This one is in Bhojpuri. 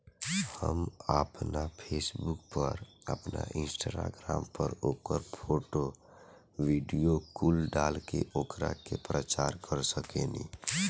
हम आपना फेसबुक पर, आपन इंस्टाग्राम पर ओकर फोटो, वीडीओ कुल डाल के ओकरा के प्रचार कर सकेनी